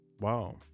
wow